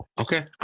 Okay